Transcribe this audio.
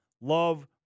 Love